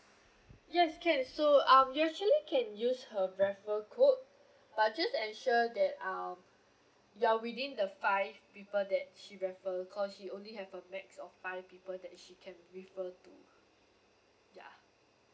yes can so um you actually can use her referral code but just to ensure that um you are within the five people that she refer cause she only have a max of five people that she can refer to ya